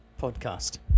podcast